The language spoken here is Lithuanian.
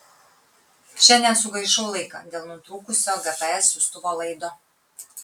šiandien sugaišau laiką dėl nutrūkusio gps siųstuvo laido